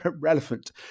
relevant